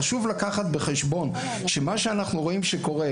חשוב לקחת בחשבון שמה שאנחנו רואים שקורה,